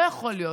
לא יכול להיות.